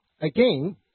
Again